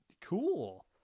cool